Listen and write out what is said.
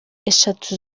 eshatu